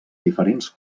diferents